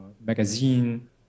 magazine